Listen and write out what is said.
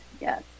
yes